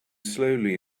slowly